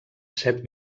set